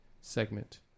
segment